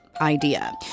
idea